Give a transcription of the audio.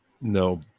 no